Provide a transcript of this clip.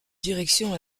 direction